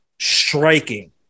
striking